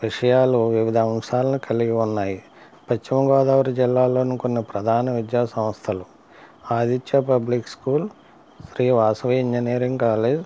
విషయాలు వివిధ అంశాలను కలిగి ఉన్నాయి పశ్చిమ గోదావరి జిల్లాలోని కొన్ని ప్రధాన విద్యా సంస్థలు Aditya public school Sri Vasavi engineering college